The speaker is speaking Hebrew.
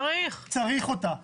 צריך אותה.